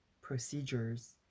procedures